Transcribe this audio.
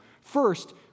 First